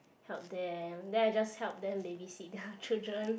help them then I just help them babysit their children